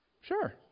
sure